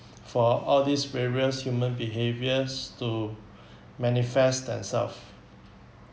for all these various human behaviors to manifest themselves